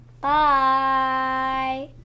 Bye